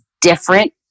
different